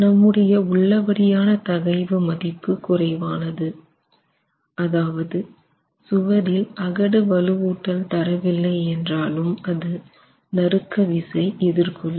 நம்முடைய உள்ளபடியான தகைவு மதிப்பு குறைவானது அதாவது சுவரில் அகடு வலுவூட்டல் தரவில்லை என்றாலும் அது நறுக்க விசை எதிர் கொள்ளும்